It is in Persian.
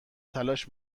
تلاش